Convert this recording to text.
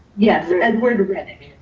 yes, edward redick.